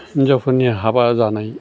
हिन्जावफोरनि हाबा जानाय